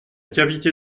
cavité